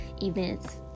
events